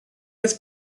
oedd